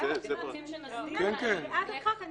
אני בעד החוק,